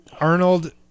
Arnold